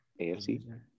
AFC